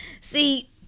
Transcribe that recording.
See